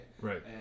right